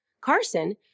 Carson